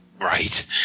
Right